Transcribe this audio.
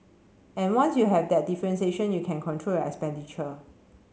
and once you have that differentiation you can control your expenditure